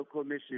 Commission